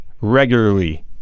regularly